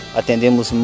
Atendemos